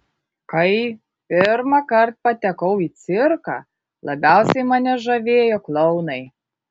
kai pirmąkart patekau į cirką labiausiai mane žavėjo klounai